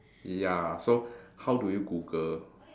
ya so how do you Google